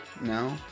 No